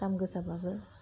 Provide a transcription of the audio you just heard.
दाम गोसाबाबो